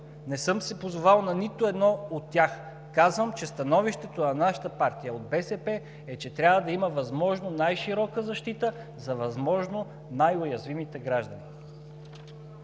не съм се позовал на нито едно от тях. Казвам, че становището на нашата партия – от БСП, е, че трябва да има възможно най-широка защита за възможно най-уязвимите граждани.